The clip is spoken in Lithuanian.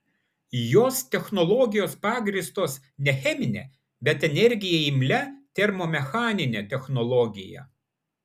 jos technologijos pagrįstos ne chemine bet energijai imlia termomechanine technologija